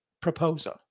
Proposal